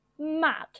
Mad